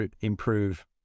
improve